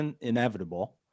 inevitable